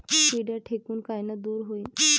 पिढ्या ढेकूण कायनं दूर होईन?